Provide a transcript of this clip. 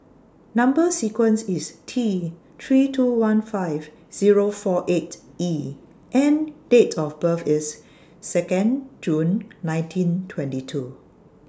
Number sequence IS T three two one five Zero four eight E and Date of birth IS Second June nineteen twenty two